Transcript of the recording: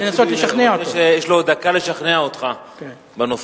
חבר הכנסת טיבי יש לו דקה לשכנע אותך בנושא.